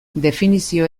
definizio